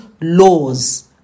laws